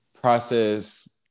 process